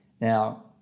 now